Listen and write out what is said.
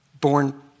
born